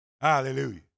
Hallelujah